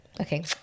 Okay